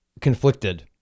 conflicted